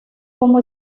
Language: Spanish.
como